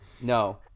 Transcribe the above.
No